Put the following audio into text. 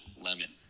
Lemon